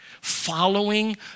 following